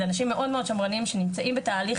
זה אנשים מאוד מאוד שמרנים שנמצאים בתהליך